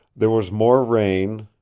there was more rain,